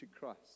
Christ